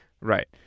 Right